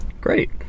Great